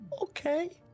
Okay